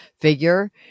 figure